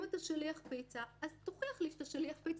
אם אתה שליח פיצה אז תוכיח לי שאתה שליח פיצה.